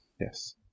Yes